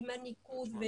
עם הניקוד,